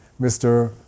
Mr